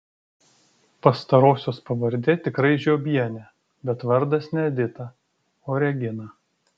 pastarosios pavardė tikrai žiobienė bet vardas ne edita o regina